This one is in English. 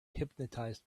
hypnotized